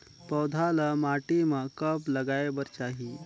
पौधा ल माटी म कब लगाए बर चाही?